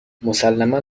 مسلما